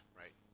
right